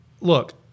look